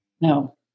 No